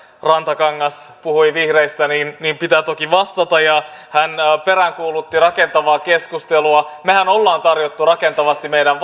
rantakangas puhui vihreistä niin niin pitää toki vastata hän peräänkuulutti rakentavaa keskustelua mehän olemme tarjonneet rakentavasti meidän